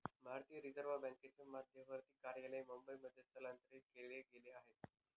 भारतीय रिझर्व बँकेचे मध्यवर्ती कार्यालय मुंबई मध्ये स्थलांतरित केला गेल आहे